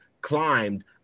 climbed